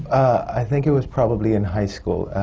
i think it was probably in high school.